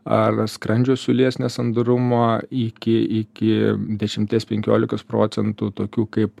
ar skrandžio siūlės nesandarumą iki iki dešimties penkiolikos procentų tokių kaip